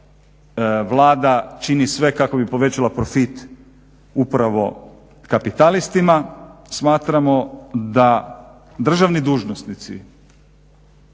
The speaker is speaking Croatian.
Vlada čini sve kako bi povećala profit upravo kapitalistima. Smatramo da državni dužnosnici